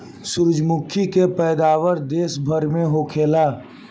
सूरजमुखी के पैदावार देश भर में होखेला